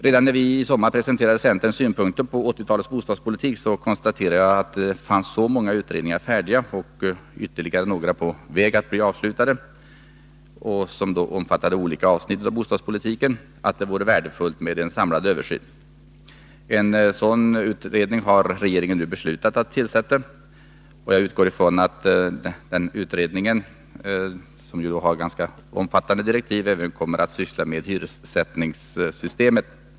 Redan när vi i somras presenterade centerns synpunkter på 1980-talets bostadspolitik, konstaterade jag att det fanns så många utredningar färdiga, och ytterligare några på väg att bli avslutade, som omfattade olika avsnitt av bostadspolitiken, att det vore värdefullt med en samlad översyn. En sådan utredning har regeringen nu beslutat att tillsätta, och jag utgår ifrån att utredningen, som ju har ganska omfattande direktiv, även kommer att syssla med hyressättningssystemet.